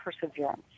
perseverance